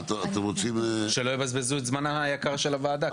אז תודיעו שלא יבזבזו את זמנה היקר של הוועדה.